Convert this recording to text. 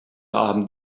abend